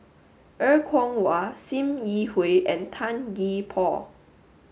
Er Kwong Wah Sim Yi Hui and Tan Gee Paw